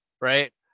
right